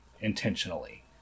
intentionally